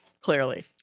Clearly